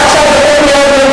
מעכשיו זה הופך להיות דיון